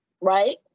right